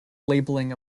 labeling